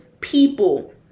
people